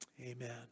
Amen